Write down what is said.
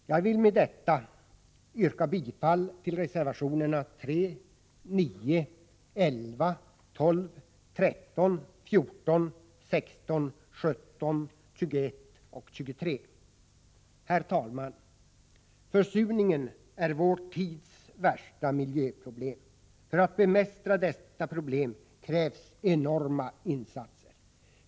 Jag vill med detta yrka bifall till reservationerna 3, 9, 11, 12, 13, 14, 16, 17, 21 och 23. Herr talman! Försurningen är vår tids värsta miljöproblem. För att bemästra detta problem krävs enorma insatser.